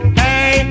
hey